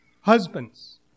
Husbands